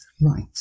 Right